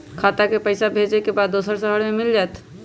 खाता के पईसा भेजेए के बा दुसर शहर में मिल जाए त?